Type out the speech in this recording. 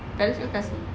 kasi